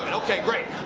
and okay, great.